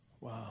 Wow